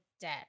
debt